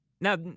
Now